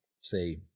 say